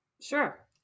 sure